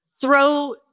throw